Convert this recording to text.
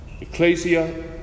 Ecclesia